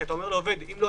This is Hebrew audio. כי אתה אומר לעובד אם לא,